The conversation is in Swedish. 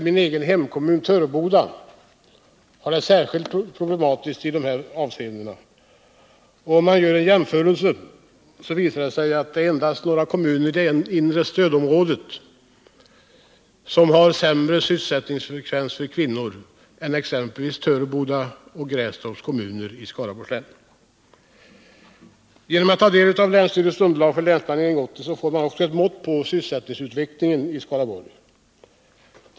Min egen hemkommun Töreboda har det särskilt problematiskt i dessa avseenden. Gör man en jämförelse visar det sig att det endast är några kommuner i det inre stödområdet som har sämre sysselsättningsfrekvens beträffande kvinnor än exempelvis Törebodas och Grästorps kommuner i Skaraborgs län. Länsstyrelsens underlag för Länsplanering 80 ger ett mått på sysselsättningsutvecklingen i Skaraborgs län.